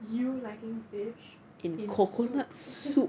you liking fish in soup soup